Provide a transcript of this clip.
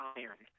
iron